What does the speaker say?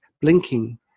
blinking